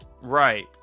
right